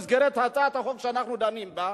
עכשיו, במסגרת הצעת החוק שאנחנו דנים בה,